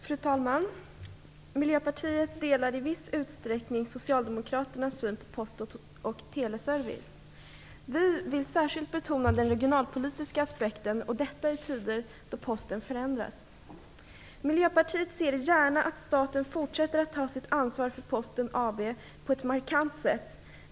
Fru talman! Miljöpartiet delar i viss utsträckning Socialdemokraternas syn på post och teleservice. Vi vill särskilt betona den regionalpolitiska aspekten, och detta i tider då Posten förändras. Miljöpartiet ser gärna att staten fortsätter att ta sitt ansvar för Posten AB på ett markant sätt.